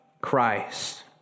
Christ